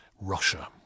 Russia